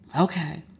okay